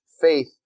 faith